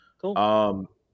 Cool